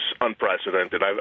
unprecedented